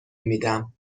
میدم